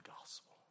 gospel